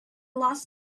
last